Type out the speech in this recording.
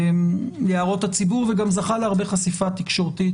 להערות הציבור וגם זכה להרבה חשיפה תקשורתית,